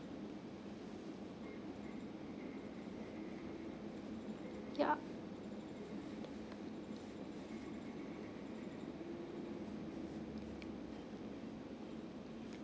ya